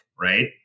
right